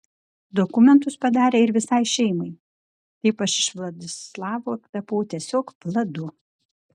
dokumentus padarė ir visai šeimai taip aš iš vladislavo tapau tiesiog vladu